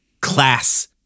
class